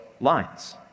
lines